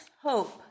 hope